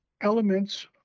elements